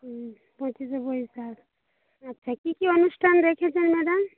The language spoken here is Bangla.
হুম পঁচিশে বৈশাখ আচ্ছা কী কী অনুষ্ঠান রেখেছেন ম্যাডাম